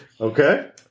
Okay